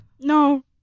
No